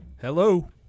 Hello